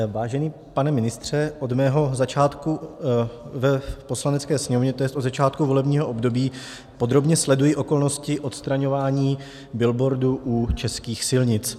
Vážený pane ministře, od svého začátku v Poslanecké sněmovně, to je od začátku volebního období, podrobně sleduji okolnosti odstraňování billboardů u českých silnic.